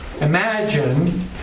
Imagine